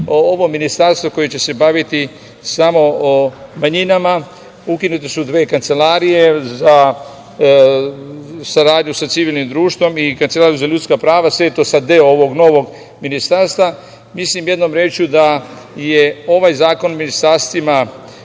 ovo ministarstvo koje će se baviti samo o manjinama. Ukinute su dve kancelarije za saradnju sa civilnim društvom i kancelarija za ljudska prava. Sve je to sada deo ovog novog ministarstva. Mislim, jednom rečju, da je ovaj Zakon o ministarstvima